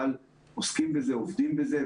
אבל עוסקים בזה, עובדים בזה.